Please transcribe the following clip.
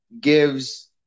gives